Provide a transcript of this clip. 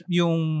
yung